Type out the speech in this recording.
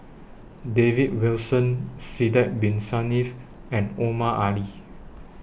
David Wilson Sidek Bin Saniff and Omar Ali